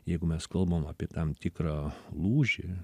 jeigu mes kalbam apie tam tikrą lūžį